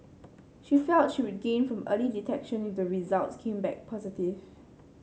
she felt she would gain from early detection if the results came back positive